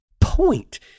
point